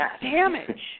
Damage